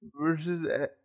Versus